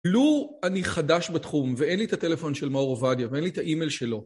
לו אני חדש בתחום ואין לי את הטלפון של מאור עובדיה ואין לי את האימייל שלו.